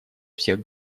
всех